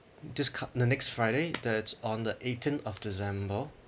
this co~ the next friday that's on the eighteenth of december